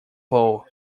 pole